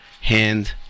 hand